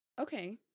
Okay